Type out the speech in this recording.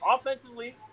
offensively